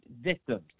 victims